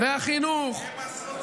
החינוך,